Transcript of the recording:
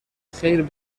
خیر